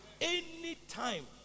Anytime